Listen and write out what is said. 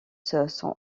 sans